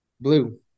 Blue